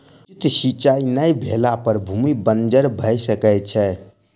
उचित सिचाई नै भेला पर भूमि बंजर भअ सकै छै